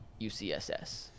UCSS